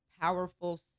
powerful